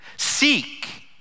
Seek